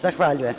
Zahvaljujem.